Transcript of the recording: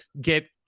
get